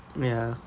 ya